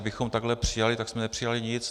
Kdybychom takhle přijali, tak jsme nepřijali nic.